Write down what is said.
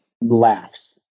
laughs